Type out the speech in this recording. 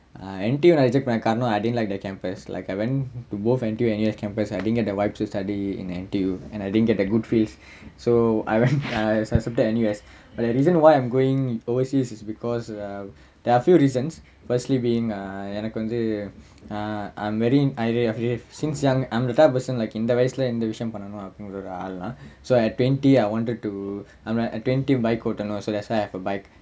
err N_T_U I didn't like the campus like I went to both N_T_U N_U_S campus I didn't get the vibes to study in N_T_U and I didn't get a good place so I went uh accepted N_U_S but the reason why I'm going overseas is because err there're a few reasons firstly being um எனக்கு வந்து:enakku vanthu uh I I since young I'm the type of person இந்த வயசுல இந்த விஷயம் பண்ணனும் அப்படிங்குற ஒரு ஆள் நா:intha vayasula intha vishayam pannanum appadingura oru aal naa so at twenty I wanted to at twenty bike ஓட்டணும்:ottanum that's why I have a bike